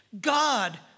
God